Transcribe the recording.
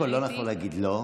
קודם כול, לא נכון להגיד לא.